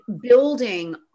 building